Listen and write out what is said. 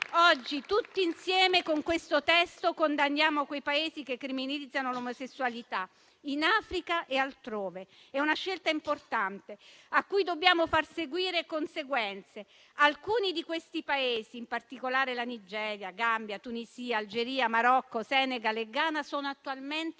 Oggi tutti insieme con questo testo condanniamo i Paesi che criminalizzano l'omosessualità in Africa e altrove. È una scelta importante, a cui dobbiamo far seguire conseguenze. Alcuni di questi Paesi - in particolare Nigeria, Gambia, Tunisia, Algeria, Marocco, Senegal e Ghana - sono attualmente